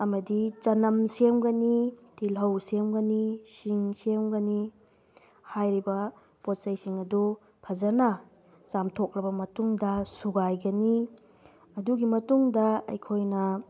ꯑꯃꯗꯤ ꯆꯅꯝ ꯁꯦꯝꯒꯅꯤ ꯇꯤꯜꯂꯧ ꯁꯦꯝꯒꯅꯤ ꯁꯤꯡ ꯁꯦꯝꯒꯅꯤ ꯍꯥꯏꯔꯤꯕ ꯄꯣꯠꯆꯩꯁꯤꯡ ꯑꯗꯨ ꯐꯖꯅ ꯆꯥꯝꯊꯣꯛꯂꯕ ꯃꯇꯨꯡꯗ ꯁꯨꯒꯥꯏꯒꯅꯤ ꯑꯗꯨꯒꯤ ꯃꯇꯨꯡꯗ ꯑꯩꯈꯣꯏꯅ